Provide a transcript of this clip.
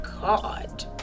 god